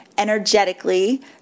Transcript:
energetically